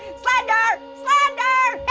slender! slender!